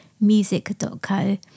music.co